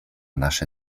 nasze